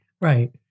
Right